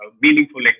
meaningful